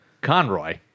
Conroy